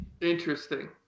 Interesting